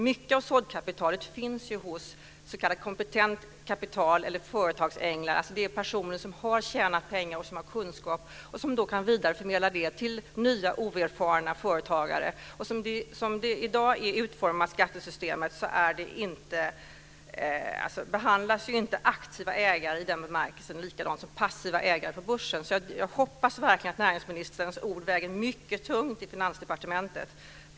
Mycket av såddkapitalet finns ju hos s.k. kompetent kapital eller företagsänglar, dvs. personer som har tjänat pengar och har kunskap och som kan vidareförmedla detta till nya, oerfarna företagare. Som skattesystemet i dag är utformat behandlas inte i den bemärkelsen aktiva ägare likadant som passiva ägare på börsen. Jag hoppas verkligen att näringsministerns ord väger mycket tungt i Finansdepartementet.